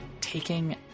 taking